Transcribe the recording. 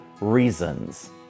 reasons